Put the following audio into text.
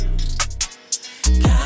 God